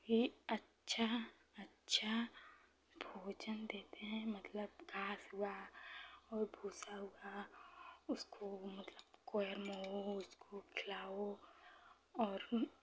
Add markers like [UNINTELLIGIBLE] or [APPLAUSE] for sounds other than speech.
ही अच्छा अच्छा भोजन देते हैं मतलब घास हुआ और भूसा हुआ उसको मतलब [UNINTELLIGIBLE] खिलाओ और